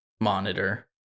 monitor